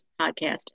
podcast